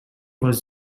was